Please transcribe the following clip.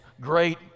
great